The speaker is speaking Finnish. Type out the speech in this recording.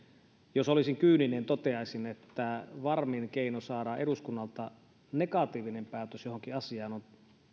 jos olisin kyyninen toteaisin että varmin keino saada eduskunnalta negatiivinen päätös johonkin asiaan on